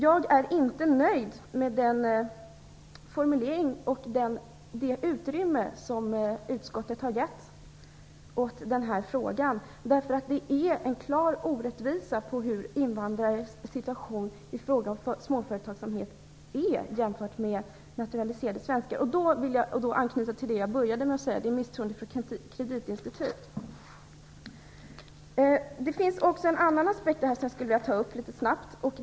Jag är inte nöjd med den formulering och det utrymme som utskottet har gett åt den här frågan. Det finns en klar orättvisa när det gäller invandrares situation i fråga om småföretagsamhet jämfört med naturaliserade svenskar. Då vill jag anknyta till det jag började med att säga, nämligen misstroendet från kreditinstituten. Det finns också en annan aspekt på detta som jag skulle vilja ta upp litet snabbt.